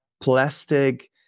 plastic